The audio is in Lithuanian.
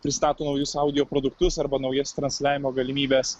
pristato naujus audio produktus arba naujas transliavimo galimybes